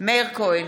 מאיר כהן,